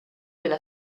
della